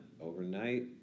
overnight